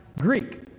Greek